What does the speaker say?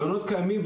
הרעיונות קיימים,